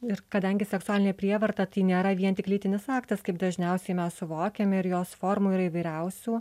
ir kadangi seksualinė prievarta tai nėra vien tik lytinis aktas kaip dažniausiai mes suvokiame ir jos formų yra įvairiausių